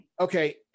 Okay